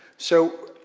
so,